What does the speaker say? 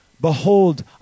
Behold